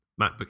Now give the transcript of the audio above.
MacBook